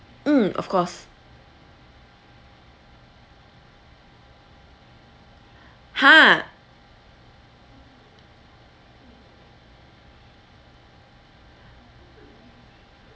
mm of course !huh!